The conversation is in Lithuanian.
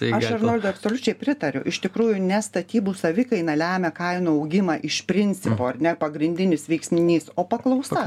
aš arnoldui absoliučiai pritariu iš tikrųjų ne statybų savikaina lemia kainų augimą iš principo ar ne pagrindinis veiksnys o paklausa